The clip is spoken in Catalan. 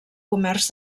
comerç